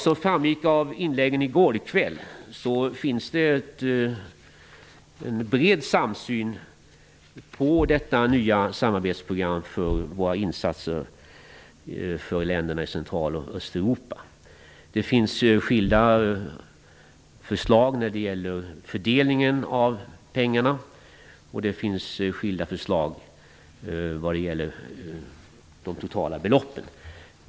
Som framgick av inläggen i går kväll finns det en bred samsyn på detta nya samarbetsprogram för våra insatser för länderna i Central och Östeuropa. Det finns skilda förslag när det gäller fördelningen av pengarna, och det finns skilda förslag när det gäller de totala beloppen.